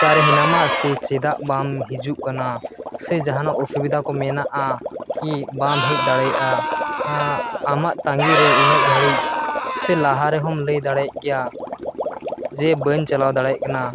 ᱚᱠᱟᱨᱮ ᱦᱮᱱᱟᱢᱟ ᱥᱮ ᱪᱮᱫᱟᱜ ᱵᱟᱢ ᱦᱤᱡᱩᱜ ᱠᱟᱱᱟ ᱥᱮ ᱡᱟᱦᱟᱱᱟᱜ ᱚᱥᱩᱵᱤᱫᱷᱟ ᱠᱚ ᱢᱮᱱᱟᱜᱼᱟ ᱠᱤ ᱵᱟᱢ ᱦᱮᱡ ᱫᱟᱲᱮᱭᱟᱜᱼᱟ ᱟᱢᱟᱜ ᱛᱟᱹᱜᱤᱨᱮ ᱩᱱᱟᱹᱜ ᱜᱷᱟᱹᱲᱤᱡ ᱥᱮ ᱞᱟᱦᱟ ᱨᱮᱦᱚᱢ ᱞᱟᱹᱭ ᱫᱟᱲᱮᱭᱟᱜ ᱜᱮᱭᱟ ᱡᱮ ᱵᱟᱹᱧ ᱪᱟᱞᱟᱣ ᱫᱟᱲᱮᱭᱟᱜ ᱠᱟᱱᱟ